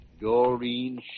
Doreen